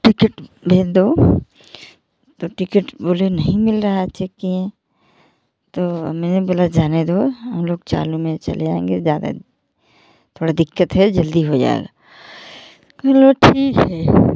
ticket भेज दो तो टिकट बोले नहीं मिल रहा है चेक किएँ तो मैंने बोला जाने दो हम लोग चालु में चले जाएंगे ज्यादा थोड़ा दिक्कत है जल्दी हो जाएगा चलो ठीक है